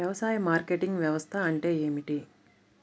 వ్యవసాయ మార్కెటింగ్ వ్యవస్థ అంటే ఏమిటి?